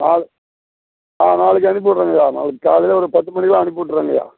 நாள் ஆ நாளைக்கு அனுப்பி விட்றேங்கய்யா காலையில் ஒரு பத்து மணிக்கெலாம் அனுப்பி விட்றேங்கய்யா